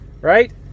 Right